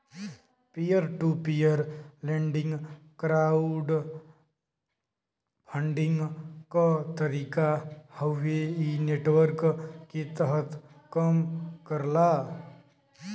peer to peer lending crowd funding क तरीका हउवे इ नेटवर्क के तहत कम करला